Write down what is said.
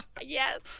Yes